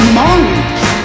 Amongst